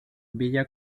villa